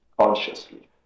consciously